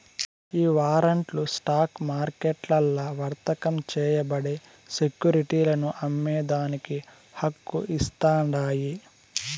ఈ వారంట్లు స్టాక్ మార్కెట్లల్ల వర్తకం చేయబడే సెక్యురిటీలను అమ్మేదానికి హక్కు ఇస్తాండాయి